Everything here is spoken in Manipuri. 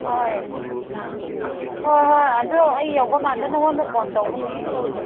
ꯑꯍꯣꯏ ꯍꯣꯏ ꯍꯣꯏ ꯑꯗꯨ ꯑꯩ ꯌꯧꯕ ꯀꯥꯟꯗ ꯅꯉꯣꯟꯗ ꯀꯣꯜ ꯇꯧꯒꯅꯤ